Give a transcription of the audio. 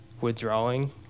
withdrawing